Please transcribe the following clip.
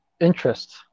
interest